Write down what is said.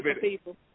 people